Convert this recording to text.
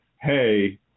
hey